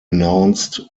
announced